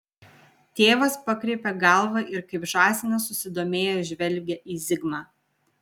tėvas pakreipia galvą ir kaip žąsinas susidomėjęs žvelgia į zigmą